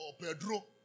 Pedro